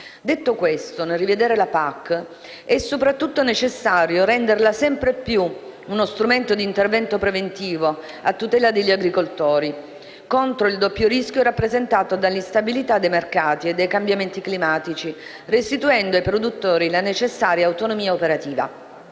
Detto questo, nel rivedere la PAC è soprattutto necessario renderla sempre più uno strumento di intervento preventivo a tutela degli agricoltori contro il doppio rischio rappresentato dall'instabilità dei mercati e dai cambiamenti climatici, restituendo ai produttori la necessaria autonomia operativa.